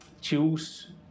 choose